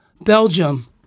Belgium